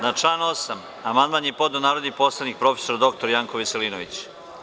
Na član 8. amandman je podneo narodni poslanik prof. dr Janko Veselinović.